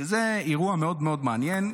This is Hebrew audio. שזה אירוע מאוד מאוד מעניין,